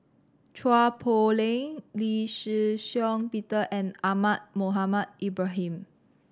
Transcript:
Chua Poh Leng Lee Shih Shiong Peter and Ahmad Mohamed Ibrahim